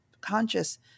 conscious